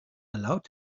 allowed